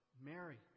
Mary